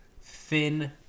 thin